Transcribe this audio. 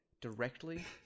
Directly